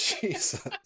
jesus